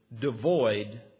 Devoid